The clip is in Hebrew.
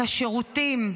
את השירותים.